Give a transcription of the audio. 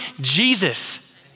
Jesus